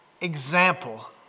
example